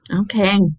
Okay